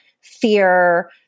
fear